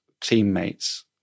teammates